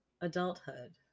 adulthood